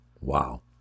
Wow